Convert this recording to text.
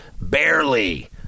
barely